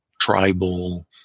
tribal